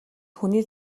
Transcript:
хүний